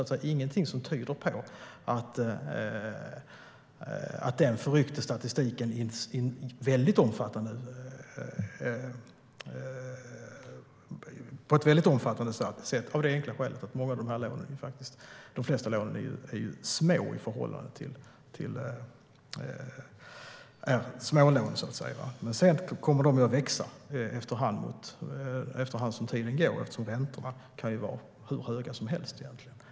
Det finns ingenting som tyder på att den ändringen förryckte statistiken på ett mycket omfattande sätt, av det enkla skälet att de flesta lånen är smålån. Men sedan växer de när tiden går, eftersom räntorna egentligen kan vara hur höga som helst.